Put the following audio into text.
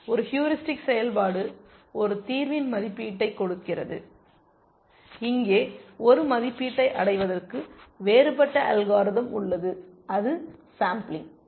ஒரு ஹூரிஸ்டிக் செயல்பாடு ஒரு தீர்வின் மதிப்பீட்டைக் கொடுக்கிறது இங்கே ஒரு மதிப்பீட்டை அடைவதற்கு வேறுபட்ட அல்காரிதம் உள்ளது அது சேம்பிலிங்